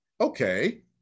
okay